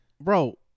Bro